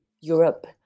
Europe